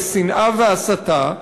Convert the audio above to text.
בשנאה והסתה,